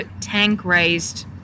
tank-raised